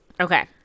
Okay